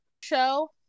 show